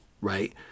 right